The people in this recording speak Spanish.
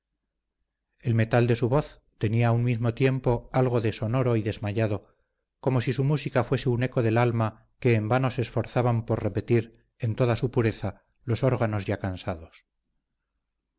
el metal de su voz tenía a un mismo tiempo algo de sonoro y desmayado como si su música fuese un eco del alma que en vano se esforzaban por repetir en toda su pureza los órganos ya cansados